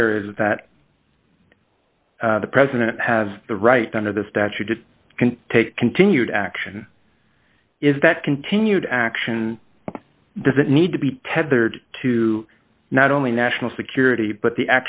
here is that the president has the right under the statute it can take continued action if that continued action doesn't need to be tethered to not only national security but the